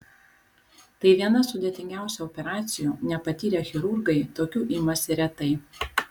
tai viena sudėtingiausių operacijų nepatyrę chirurgai tokių imasi retai